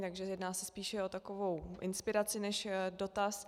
Takže jedná se spíše o takovou inspiraci než dotaz.